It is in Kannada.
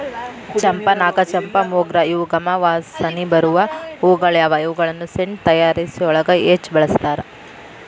ಚಂಪಾ, ನಾಗಚಂಪಾ, ಮೊಗ್ರ ಇವು ಗಮ ಗಮ ವಾಸನಿ ಬರು ಹೂಗಳಗ್ಯಾವ, ಇವುಗಳನ್ನ ಸೆಂಟ್ ತಯಾರಿಕೆಯೊಳಗ ಹೆಚ್ಚ್ ಬಳಸ್ತಾರ